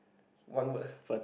one word